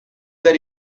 that